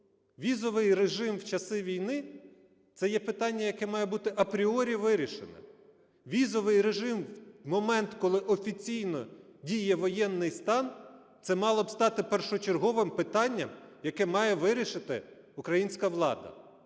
Візовий режим в часи війни – це є питання, яке має бути апріорі вирішено. Візовий режим в момент, коли офіційно діє воєнний стан, це мало б стати першочерговим питанням, яке має вирішити українська влада.